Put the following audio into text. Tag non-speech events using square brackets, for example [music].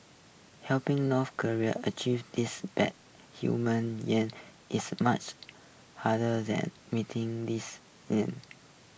helping North Koreans achieve this bad human yearning is much harder than meeting this [unintelligible]